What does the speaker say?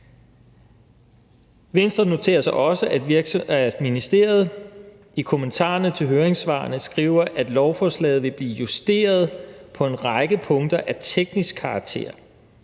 Venstre noterer sig også, at ministeriet i kommentarerne til høringssvarene skriver, at lovforslaget vil blive justeret på en række punkter af teknisk karakter,